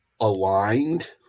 aligned